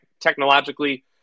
technologically –